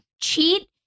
cheat